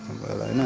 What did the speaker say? भयो होला होइन